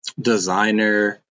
designer